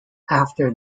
after